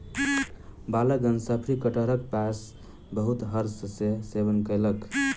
बालकगण शफरी कटहरक पायस बहुत हर्ष सॅ सेवन कयलक